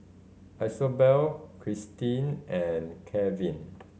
Isobel Christie and Keven